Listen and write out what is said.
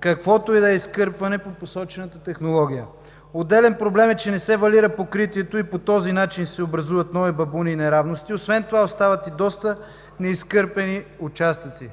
каквото и да е изкърпване по посочената технология. Отделен проблем е, че не се валира покритието и по този начин се образуват нови бабуни и неравности. Освен това остават и доста неизкърпени участъци.